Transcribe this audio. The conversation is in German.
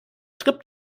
tripp